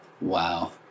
Wow